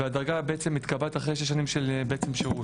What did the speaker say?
והדרגה בעצם מתקבעת אחרי שש שנים של שירות.